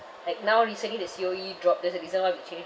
like now recently the C_O_E drop that's the reason why we change